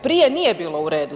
Prije nije bilo u redu.